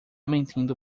mentindo